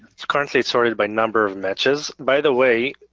it's currently sorted by number of matches. by the way,